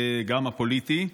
גם הפוליטי.